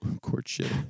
Courtship